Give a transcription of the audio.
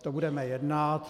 To budeme jednat.